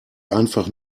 einfach